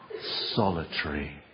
solitary